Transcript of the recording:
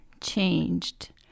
changed